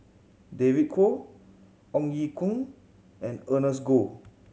David Kwo Ong Ye Kung and Ernest Goh